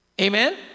Amen